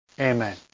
Amen